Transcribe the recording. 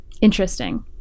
interesting